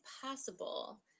possible